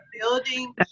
building